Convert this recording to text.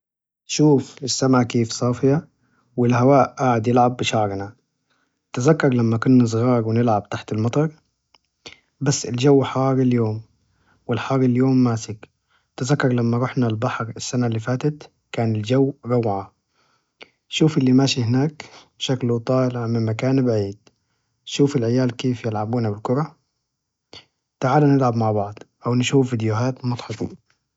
شوف السما كيف صافية، والهواء قاعد يلعب بشعرنا! تذكر لما كنا صغار ونلعب تحت المطر، بس الجو حار اليوم، والحر اليوم ماسك، تذكر لما رحنا البحر السنة إللي فاتت، كان الجو روعة! شوف إللي ماشي هناك شكله طالع من مكان بعيد، شوف العيال كيف يلعبون الكرة؟ تعال نلعب مع بعض، أو نشوف فيديوهات مضحكة.